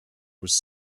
was